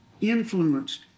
influenced